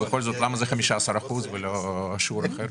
בכל זאת, למה זה 15% ולא שיעור אחר?